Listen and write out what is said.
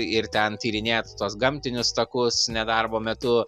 ir ten tyrinėt tuos gamtinius takus nedarbo metu